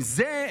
עם זה,